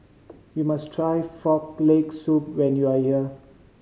you must try Frog Leg Soup when you are here